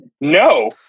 no